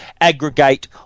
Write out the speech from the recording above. aggregate